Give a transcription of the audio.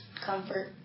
comfort